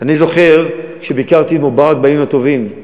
אני זוכר שביקרתי את מובארק בימים הטובים,